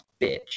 bitch